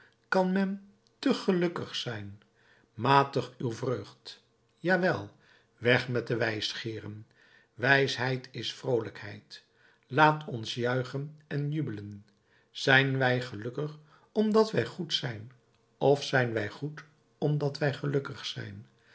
kan men te gelukkig zijn matigt uw vreugd ja wel weg met de wijsgeeren wijsheid is vroolijkheid laat ons juichen en jubelen zijn wij gelukkig omdat wij goed zijn of zijn wij goed omdat wij gelukkig zijn